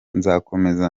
nzakomeza